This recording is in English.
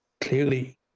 clearly